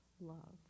love